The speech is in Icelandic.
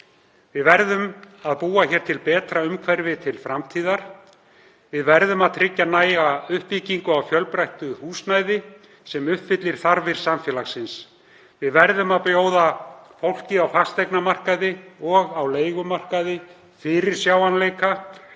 Við verðum að búa til betra umhverfi til framtíðar. Við verðum að tryggja næga uppbyggingu á fjölbreyttu húsnæði sem uppfyllir þarfir samfélagsins. Við verðum að bjóða fólki á fasteignamarkaði og leigumarkaði fyrirsjáanleika